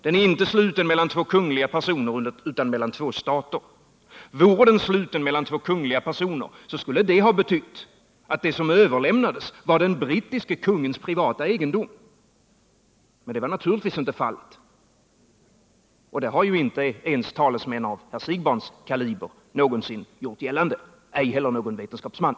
Den är inte sluten mellan två kungliga personer utan mellan två stater. Vore den sluten mellan två kungliga personer, skulle det ha betytt att det som överlämnades var den brittiske kungens privata egendom. Men det var naturligtvis inte fallet, och något sådant har inte ens talesmän av herr Siegbahns kaliber gjort gällande, Nr 101 ej heller någon vetenskapsman.